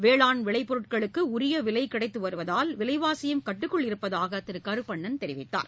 வேளாண் விளைப் பொருட்களுக்கும் உரிய விலை கிடைத்து வருவதால் விலைவாசியும் கட்டுக்குள் இருப்பதாக திரு கருப்பணன் தெரிவித்தார்